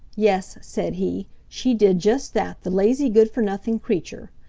yes, said he. she did just that, the lazy good-for-nothing creature!